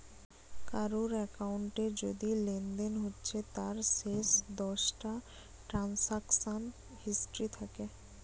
কারুর একাউন্টে যদি লেনদেন হচ্ছে তার শেষ দশটা ট্রানসাকশান হিস্ট্রি থাকে